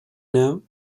now